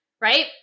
right